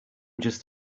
just